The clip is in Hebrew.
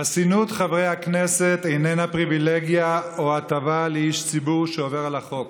חסינות חברי הכנסת איננה פריבילגיה או הטבה לאיש ציבור שעובר על החוק.